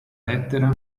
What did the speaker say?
lettera